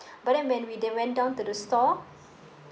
but then when we then went down to the store